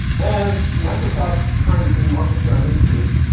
and microsoft's trying to gain market share on netscape,